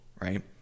right